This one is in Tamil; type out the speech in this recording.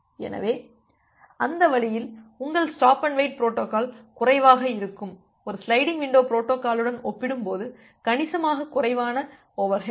எனவே அந்த வழியில் உங்கள் ஸ்டாப் அண்டு வெயிட் பொரோட்டோகால் குறைவாக இருக்கும் ஒரு சிலைடிங் விண்டோ பொரோட்டோகாலுடன் ஒப்பிடும்போது கணிசமாக குறைவான ஓவர்ஹெட்